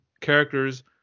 characters